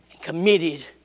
committed